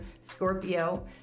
Scorpio